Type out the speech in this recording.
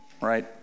right